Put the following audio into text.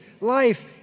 life